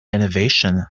innovation